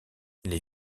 les